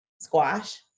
squash